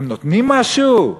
הם נותנים משהו?